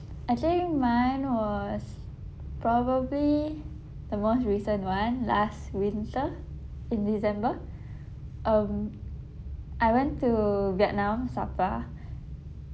I think mine was probably the most recent one last winter in december um I went to Vietnam Sapa